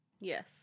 Yes